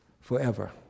forever